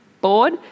Board